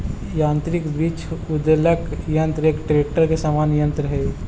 यान्त्रिक वृक्ष उद्वेलक यन्त्र एक ट्रेक्टर के समान यन्त्र हई